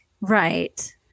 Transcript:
Right